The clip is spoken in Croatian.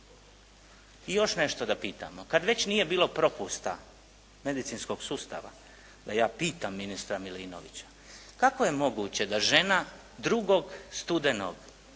I još nešto da pitamo. Kad već nije bilo propusta medicinskog sustava, da ja pitam ministra Milinovića kako je moguće da žena 2. studenog,